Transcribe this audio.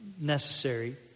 necessary